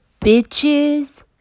bitches